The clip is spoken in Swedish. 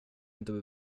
inte